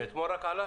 רק אתמול זה עלה?